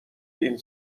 این